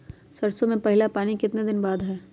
सरसों में पहला पानी कितने दिन बाद है?